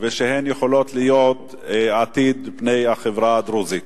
ושהן יכולות להיות עתיד פני החברה הדרוזית.